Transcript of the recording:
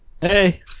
Hey